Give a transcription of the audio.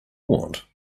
want